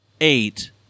eight